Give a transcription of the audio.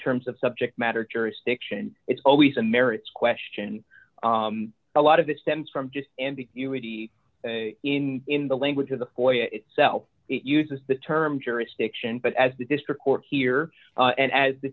terms of subject matter jurisdiction it's always a marriage question a lot of it stems from just ambiguity in in the language of the foyer itself it uses the term jurisdiction but as the district court here and as the